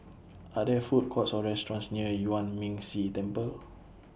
Are There Food Courts Or restaurants near Yuan Ming Si Temple